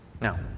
Now